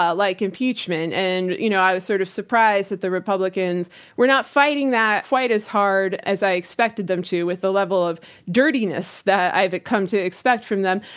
ah like impeachment. and you know, i was sort of surprised that the republicans were not fighting that quite as hard as i expected them to, with the level of dirtiness that i've come to expect from them,